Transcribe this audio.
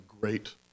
great